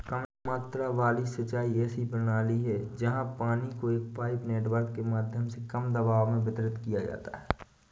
कम मात्रा वाली सिंचाई ऐसी प्रणाली है जहाँ पानी को एक पाइप नेटवर्क के माध्यम से कम दबाव में वितरित किया जाता है